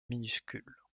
minuscules